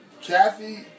Kathy